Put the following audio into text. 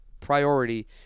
priority